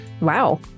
wow